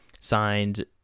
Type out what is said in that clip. signed